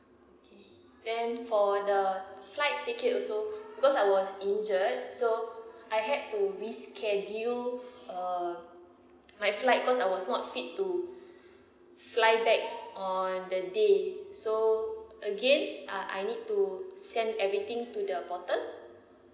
then for the flight ticket also because I was injured so I had to reschedule err my flight because I was not fit to fly back on the day so again uh I need to send everything to the portal